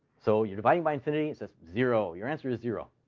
so you're dividing by infinity? it's just zero. your answer is zero.